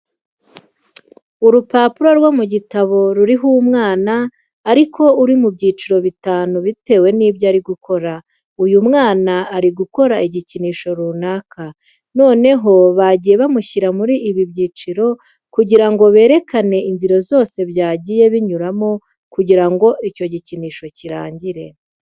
Urupapuro rwo mu gitabo ruriho umwana ariko uri mu byiciro bitanu bitewe n'ibyo ari gukora. Uyu mwana ari gukora igikinisho runaka, noneho bagiye bamushyira muri ibi byiciro kugira ngo berekane inzira zose byagiye binyuramo kugira ngo icyo gikinisho kirangire.